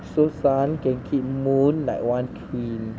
so sun can keep moon like one queen